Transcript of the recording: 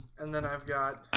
and then i've got